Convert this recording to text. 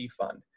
fund